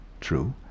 true